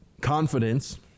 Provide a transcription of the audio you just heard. confidence